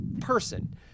person